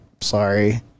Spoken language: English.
sorry